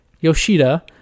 Yoshida